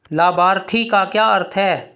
लाभार्थी का क्या अर्थ है?